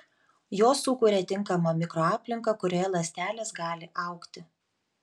jos sukuria tinkamą mikroaplinką kurioje ląstelės gali augti